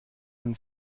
man